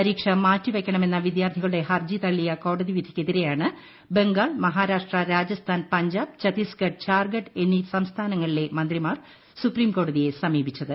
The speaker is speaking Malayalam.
പരീക്ഷ മാറ്റിവയ്ക്കണമെന്ന വിദ്യാർത്ഥികളുടെ ഹർജി തള്ളിയ കോടതി വിധിക്കെതിരെയാണ് ബംഗാൾ മഹാരാഷ്ട്ര രാജസ്ഥാൻ പഞ്ചാബ് ചത്തീസ്ഗഢ് ജാർഖണ്ഡ് എന്നീ സംസ്ഥാനങ്ങളിലെ മന്ത്രിമാർ സുപ്രീംകോടതിയെ സമീപിച്ചത്